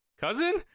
cousin